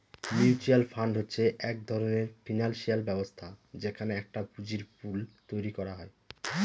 mutual fund হচ্ছে এক ধরনের ফিনান্সিয়াল ব্যবস্থা যেখানে একটা পুঁজির পুল তৈরী করা হয়